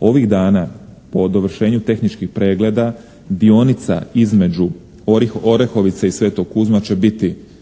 Ovih dana po dovršenju tehničkih pregleda dionica između Orehovice i Svetog Kuzma će biti